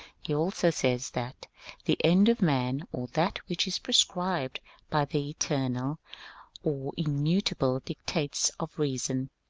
he also says that the end of man, or that which is prescribed by the eternal or immutable dictates of reason,